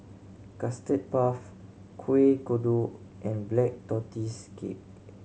Custard Puff Kuih Kodok and Black Tortoise Cake